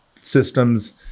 systems